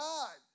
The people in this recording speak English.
God